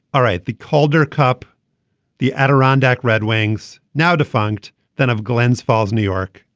all right. the calder cup the adirondack red wings now defunct then of glens falls new york.